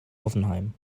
hoffenheim